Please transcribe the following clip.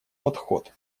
подход